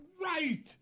right